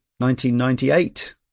1998